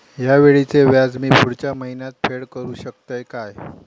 हया वेळीचे व्याज मी पुढच्या महिन्यात फेड करू शकतय काय?